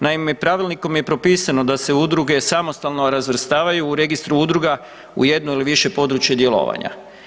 Naime, pravilnikom je propisano da se udruge samostalno razvrstavaju u Registru udruga u jednu ili više područja djelovanja.